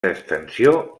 extensió